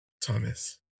Thomas